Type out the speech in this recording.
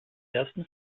ersten